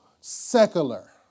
secular